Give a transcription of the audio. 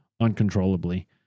uncontrollably